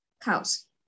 cows